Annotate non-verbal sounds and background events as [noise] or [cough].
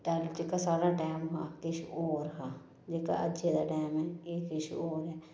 [unintelligible] जेह्का साढ़ा टैम हा किश होर हा जेह्का अज्जै दा टैम ऐ एह् किश होर ऐ